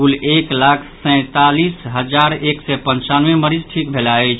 कुल एक लाख सैंतालीस हजार एक सय पंचानवे मरीज ठीक भेलाह अछि